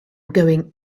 going